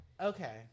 Okay